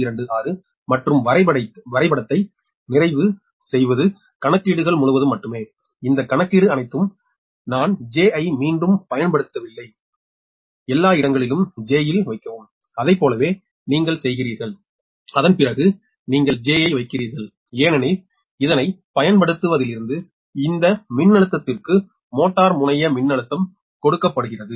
826 மற்றும் வரைபடத்தை நிறைவு செய்வது கணக்கீடுகள் முழுவதும் மட்டுமே இந்த கணக்கீடு அனைத்தும் நான் j ஐ மீண்டும் பயன்படுத்தவில்லை விகாரமாக எல்லா இடங்களிலும் j இல் வைக்கவும் அதைப் போலவே நீங்கள் செய்கிறீர்கள் அதன் பிறகு நீங்கள் j ஐ வைக்கிறீர்கள் ஏனெனில் இதைப் பயன்படுத்துவதிலிருந்து இந்த மின்னழுத்தத்திற்கு மோட்டார் முனைய மின்னழுத்தம் கொடுக்கப்படுகிறது